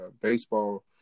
baseball